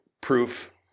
proof